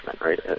right